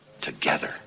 together